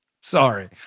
Sorry